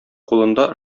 кулында